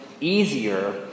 easier